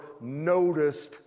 noticed